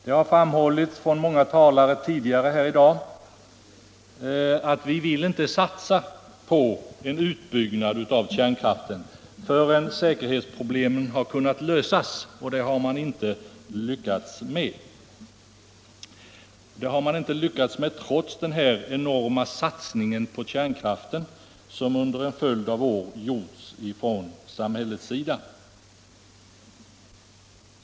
Som framhållits från många talare tidigare i dag vill vi inte satsa på en utbyggnad av kärnkraften förrän säkerhetsproblemen kunnat lösas, och det har man inte lyckats med trots den enorma satsning på kärnkraften som under en följd av år gjorts från samhällets sida.